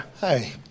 Hey